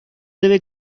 debe